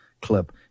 clip